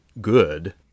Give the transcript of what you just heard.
good